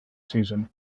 season